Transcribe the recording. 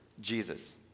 Jesus